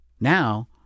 Now